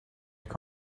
your